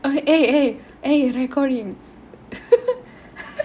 eh eh eh recording